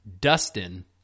dustin